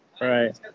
Right